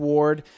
Ward